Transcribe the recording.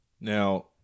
Now